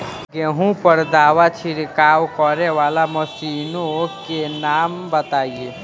गेहूँ पर दवा छिड़काव करेवाला मशीनों के नाम बताई?